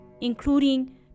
including